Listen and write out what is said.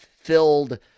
filled